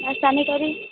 ଆଉ ସାନିଟାରୀ